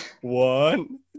One